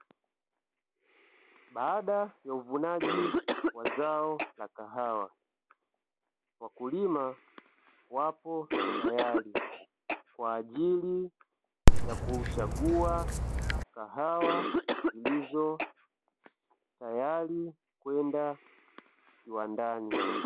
Baada ya uvunaji wa zao la kahawa wakulima wapo tayari, kwa ajili ya kuchagua kahawa zilizo tayari kwenda viwandani.